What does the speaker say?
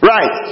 Right